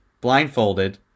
Blindfolded